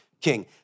king